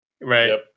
Right